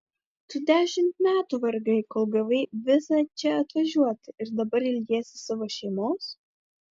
tu dešimt metų vargai kol gavai vizą čia atvažiuoti ir dabar ilgiesi savo šeimos